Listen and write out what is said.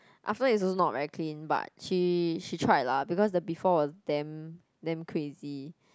after it's also not very clean but she she tried lah because the before was damn damn crazy